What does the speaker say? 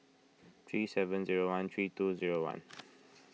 three seven zero one three two zero one